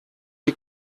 die